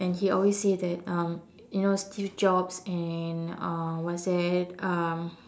and he always say that um you know Steve Jobs and uh what's that um